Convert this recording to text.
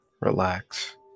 relax